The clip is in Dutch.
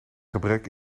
gebrek